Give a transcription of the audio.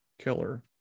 killer